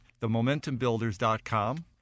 themomentumbuilders.com